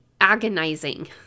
agonizing